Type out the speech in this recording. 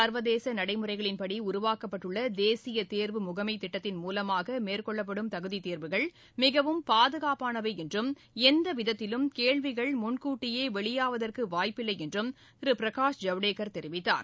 சர்வதேச நடைமுறைகளின்படி உருவாக்கப்பட்டுள்ள தேசிய தேர்வு முகமை திட்டத்தின் மூலமாக மேற்கொள்ளப்படும் தகுதித்தேர்வுகள் மிகவும் பாதுகாப்பானவை என்றும் எந்தவிதத்திலும் கேள்விகள் முன்கூட்டியே வெளியாவதற்கு வாய்ப்பில்லை என்றும் திரு பிரகாஷ் ஜவடேகர் தெரிவித்தார்